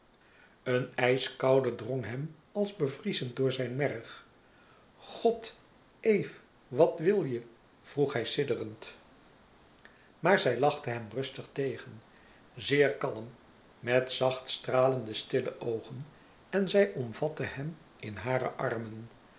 een ijskoude drong hem als bevriezend door zijn merg god eve wat wil je vroeg hij sidderend maar zij lachte hem rustig tegen zeer kalm met zacht stralende stille oogen en zij omvatte hem in hare armen